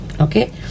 okay